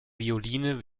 violine